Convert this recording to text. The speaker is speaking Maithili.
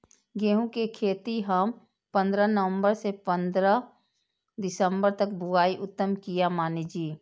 गेहूं के खेती हम पंद्रह नवम्बर से पंद्रह दिसम्बर तक बुआई उत्तम किया माने जी?